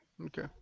Okay